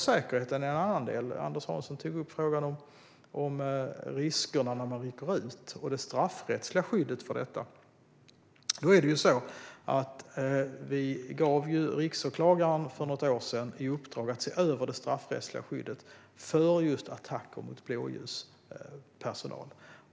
Säkerheten är en annan del. Anders Hansson tog upp frågan om risker när man rycker ut och det straffrättsliga skyddet för detta. Vi gav riksåklagaren för något år sedan i uppdrag att se över det straffrättsliga skyddet för just attacker mot blåljuspersonal.